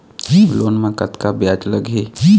Loan म कतका ब्याज लगही?